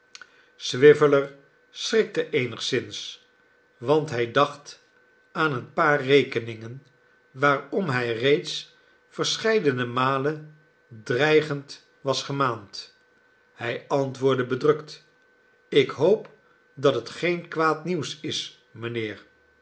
swiveller schrikte eenigszins want hij dacht aan een paar rekeningen waarom hij reeds verscheidene malen dreigend was gemaand hij antwoordde bedrukt ik hoop dat het geen kwaad nieuws is mijnheer